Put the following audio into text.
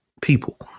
people